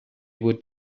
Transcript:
would